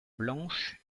blanche